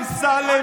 שנתיים